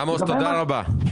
עמוס, תודה רבה.